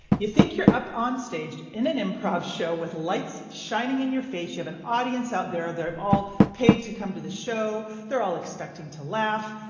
you think you're up on stage in an improv show with lights shining in your face. you have an audience out there. they have all paid to come to the show. they're all expecting to laugh.